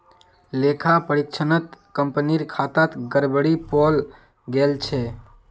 लेखा परीक्षणत कंपनीर खातात गड़बड़ी पाल गेल छ